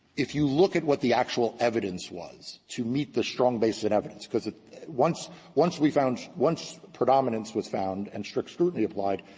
if you look at what the actual evidence was to meet the strong base of evidence because once once we found once predominance was found and strict scrutiny applied,